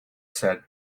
said